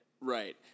Right